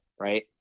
Right